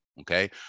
okay